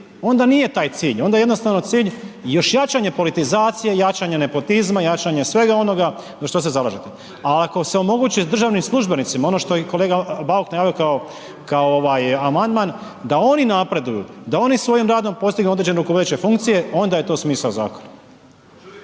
onda nije taj cilj onda je jednostavno cilj još jačanje politizacije, jačanje nepotizma, jačanje svega onoga za što se zalažete, al ako se omogući državnim službenicima ono što je i kolega Bauk najavio kao, kao ovaj amandman da oni napreduju, da oni svojim radom postignu određenu veću funkciju onda je to smisao zakona.